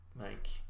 make